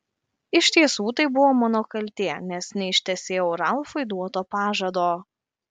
iš tiesų tai buvo mano kaltė nes neištesėjau ralfui duoto pažado